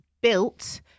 built